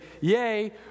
yay